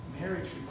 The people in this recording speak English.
Marriage